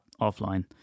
offline